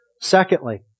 Secondly